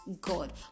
God